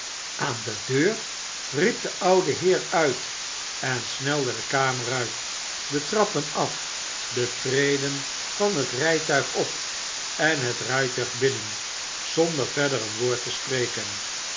aan de deur riep de oude heer uit en snelde de kamer uit de trappen af de treden van het rijtuig op en het rijtuig binnen zonder verder een woord te spreken